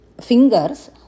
fingers